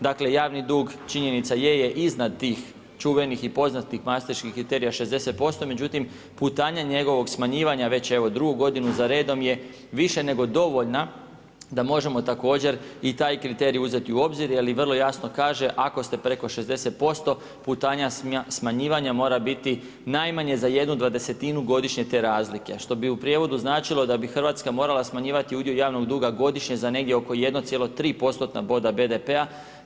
Dakle javni dug, činjenica je je iznad tih čuvenih i poznatih maštarijskih kriterija 60%, međutim putanja njegovog smanjivanja već evo drugu godinu za redom je više nego dovoljna da možemo također i taj kriterij uzeti u obzir jer i vrlo jasno kaže ako ste preko 60% putanja smanjivanja mora biti najmanje za jednu dvadesetinu godišnje te razlike što bi u prijevodu značilo da bi Hrvatska morala smanjivati udio javnog duga godišnje za negdje oko 1,3%-tna boda BDP-a.